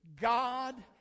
God